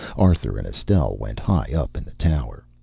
arthur and estelle went high up in the tower.